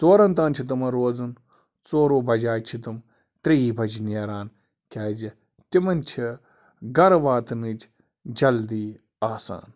ژورَن تام چھِ تِمَن روزُن ژورو بَجاے چھِ تِم ترٛیٚیی بَجہِ نیران کیٛازِ تِمَن چھِ گَرٕ واتنٕچ جلدی آسان